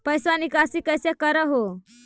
पैसवा निकासी कैसे कर हो?